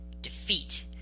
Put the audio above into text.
defeat